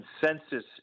consensus